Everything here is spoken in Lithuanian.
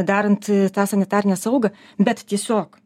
darant tą sanitarinę saugą bet tiesiog